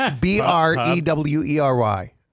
B-R-E-W-E-R-Y